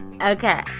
Okay